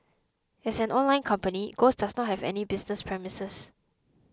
as an online company ghost does not have any business premises